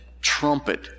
trumpet